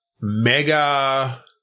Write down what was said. mega